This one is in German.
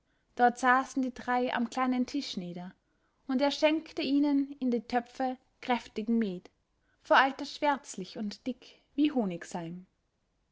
dort saßen die drei am kleinen tisch nieder und er schenkte ihnen in die töpfe kräftigen met vor alter schwärzlich und dick wie honigseim